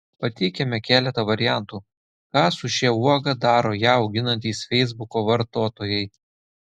pateikiame keletą variantų ką su šia uoga daro ją auginantys feisbuko vartotojai